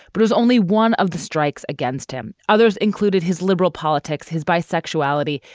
but was only one of the strikes against him. others included his liberal politics, his bisexuality,